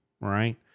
right